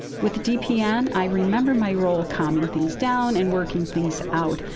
with dpn, i remember my role, calming things down and working things out.